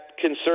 concern